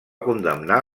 condemnar